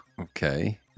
okay